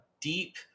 deep